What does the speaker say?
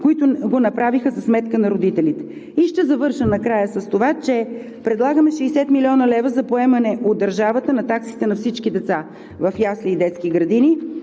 които го направиха за сметка на родителите. И ще завърша накрая с това, че предлагаме 60 млн. лв. за поемане от държавата на таксите на всички деца в ясли и детски градини,